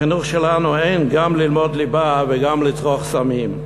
בחינוך שלנו אין גם ללמוד ליבה וגם לצרוך סמים,